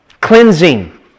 cleansing